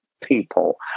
people